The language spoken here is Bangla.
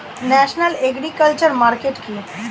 ন্যাশনাল এগ্রিকালচার মার্কেট কি?